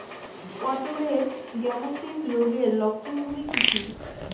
পটলের গ্যামোসিস রোগের লক্ষণগুলি কী কী?